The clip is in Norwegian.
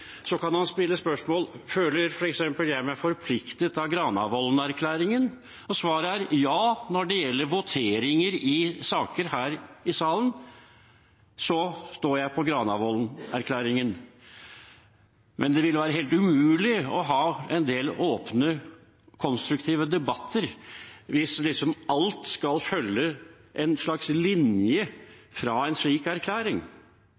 Så kan han stille spørsmålet: Føler f.eks. jeg meg forpliktet av Granavolden-erklæringen? Og svaret er ja: Når det gjelder voteringer i saker her i salen, står jeg på Granavolden-erklæringen. Men det ville være helt umulig å ha en del åpne, konstruktive debatter hvis alt skal følge en slags linje fra en slik erklæring.